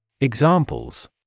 Examples